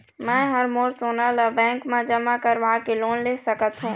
मैं हर मोर सोना ला बैंक म जमा करवाके लोन ले सकत हो?